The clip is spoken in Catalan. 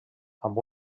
amb